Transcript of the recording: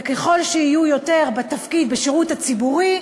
וככל שיהיו יותר בתפקיד בשירות הציבורי,